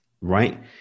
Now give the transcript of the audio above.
Right